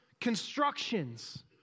constructions